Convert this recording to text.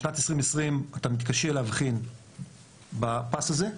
בשנת 2020 אתה מתקשה להבחין בפס הזה,